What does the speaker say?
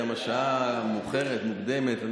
גם השעה המאוחרת או מוקדמת,